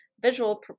visual